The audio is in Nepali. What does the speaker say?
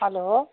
हेलो